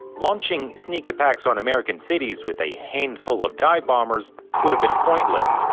launching sneak attacks on american cities with a handful of dive bombers would've been pointless.